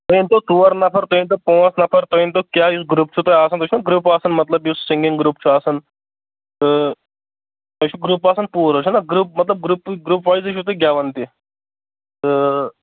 تُہۍ أنۍ تو ژور نَفَر تُہۍ أنۍ تو پانٛژھ نَفَر تُہۍ أنۍ تو کیٛاہ یُس گرُپ چھُ تۄہہِ آسان تُہۍ چھُو نا گرُپ آسان مطلب یُس سِنٛگِنٛگ گرُپ چھُ آسان تہٕ تۄہہِ چھُ گرُپ آسان پوٗرٕ چھُنہ گرُپ مطلب گرُپٕے گرُپ وایِزٕے چھُو تُہۍ گٮ۪وان تہِ تہٕ